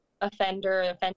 offender